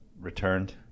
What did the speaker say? returned